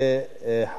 ל"חמאס".